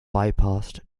bypassed